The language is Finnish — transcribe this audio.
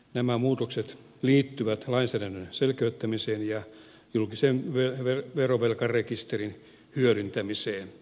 nämä muutokset liittyvät lainsäädännön selkeyttämiseen ja julkisen verovelkarekisterin hyödyntämiseen